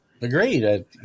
Agreed